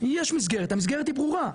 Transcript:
יש מסגרת, המסגרת היא ברורה,